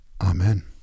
Amen